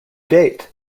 date